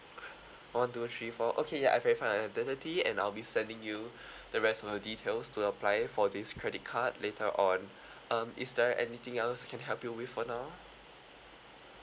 one two three four okay ya I've verified your identity and I'll be sending you the rest of the details to apply for this credit card later on um is there anything else I can help you with for now